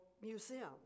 museum